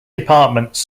departments